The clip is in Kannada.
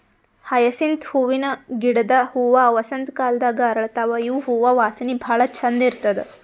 ಹಯಸಿಂತ್ ಹೂವಿನ ಗಿಡದ್ ಹೂವಾ ವಸಂತ್ ಕಾಲದಾಗ್ ಅರಳತಾವ್ ಇವ್ ಹೂವಾ ವಾಸನಿ ಭಾಳ್ ಛಂದ್ ಇರ್ತದ್